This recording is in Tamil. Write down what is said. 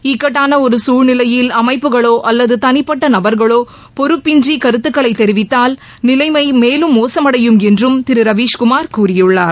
இக்கட்டான ஒருகுழ்நிலையில் அமைப்புகளோஅல்லதுதனிப்பட்டநபர்களோபொறுப்பின்றிகருத்துக்களைதெரிவித்தால் நிலைமேலும் மோசமடையும் என்றுதிருரவீஸ்குமார் கூறியுள்ளார்